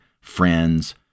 friends